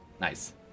Nice